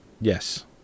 Yes